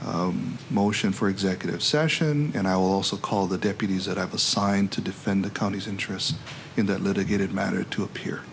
the motion for executive session and i will also call the deputies that i've assigned to defend the county's interests in that litigated matter to appear